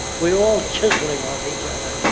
we're all chiseling off each other,